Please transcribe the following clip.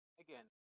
again